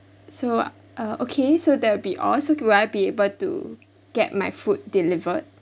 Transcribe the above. so uh okay so that'll be all so will I be able to get my food delivered